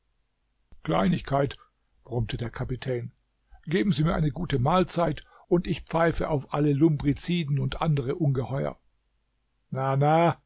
kleinigkeit brummte der kapitän geben sie mir eine gute mahlzeit und ich pfeife auf alle lumbriciden und andere ungeheuer na na